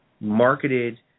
marketed